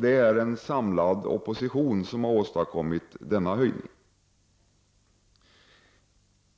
Det är en samlad opposition som har åstadkommit denna höjning.